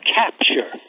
capture